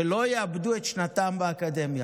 כדי שלא יאבדו את שנתם באקדמיה,